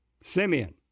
Simeon